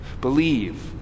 Believe